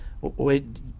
Wait